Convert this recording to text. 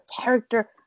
character